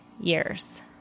years